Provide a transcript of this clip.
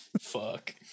Fuck